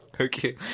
Okay